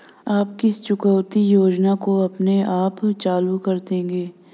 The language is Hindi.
आप किस चुकौती योजना को अपने आप चालू कर देंगे?